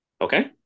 Okay